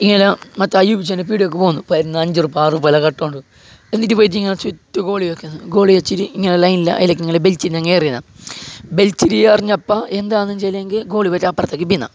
പല വില കെട്ടുണ്ട് പീടികയിൽ പോകുന്ന് അഞ്ച് റുപ്പിയ ആറ് ഉറുപ്പിയ എല്ലാം കട്ടോണ്ട് അന്നിട്ട് പോയിട്ട് ഇങ്ങനെ ചുറ്റിനും ഗോലി വെക്കുന്ന് ഗോലി വെച്ചിട്ട് ഇങ്ങനെ ലൈനിലാണ് അതിലേക്ക് ഇങ്ങനെ വലിച്ചിട്ട് എറിഞ്ഞപ്പം എന്താന്ന് വെച്ചിട്ടുണ്ടെങ്കില് ഗോലി പോയിട്ട് അപ്പുറത്തേക്ക് പിന്നെ